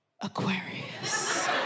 Aquarius